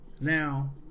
now